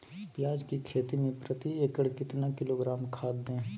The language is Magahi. प्याज की खेती में प्रति एकड़ कितना किलोग्राम खाद दे?